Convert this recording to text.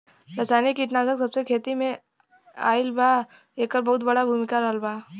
रासायनिक कीटनाशक जबसे खेती में आईल बा येकर बहुत बड़ा भूमिका रहलबा